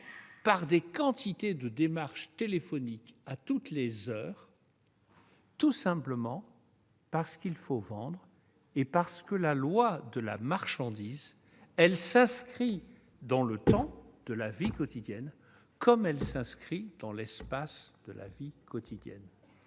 par des quantités de démarches téléphoniques, à toutes les heures, tout simplement parce qu'il faut vendre et parce que la loi de la marchandise s'inscrit dans le temps de la vie quotidienne comme elle s'inscrit dans son espace. Nous en